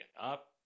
up